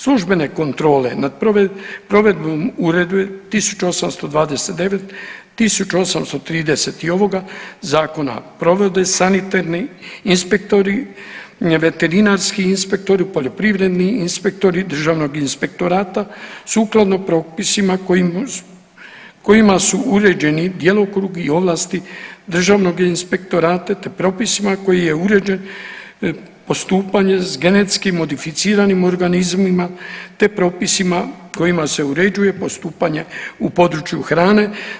Službene kontrole nad provedbom Uredbe 1829, 1830 i ovoga zakona provode sanitarni inspektori, veterinarski inspektori, poljoprivredni inspektori Državnog inspektorata sukladno propisima kojim, kojima su uređeni djelokrug i ovlasti Državnog inspektorata te propisima kojima je uređen postupanje s genetski modificiranim organizmima te propisima kojima se uređuje u području hrane.